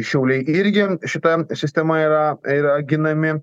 šiauliai irgi šita sistema yra yra ginami